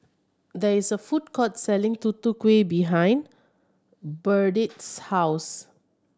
there is a food court selling Tutu Kueh behind Burdette's house